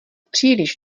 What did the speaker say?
příliš